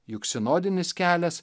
juk sinodinis kelias